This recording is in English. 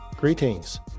Greetings